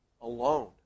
alone